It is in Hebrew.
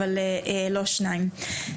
אבל לא שניים.